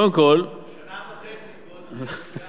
קודם כול, שנה וחצי, כבוד סגן השר לשעבר.